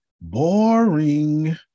Boring